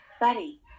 buddy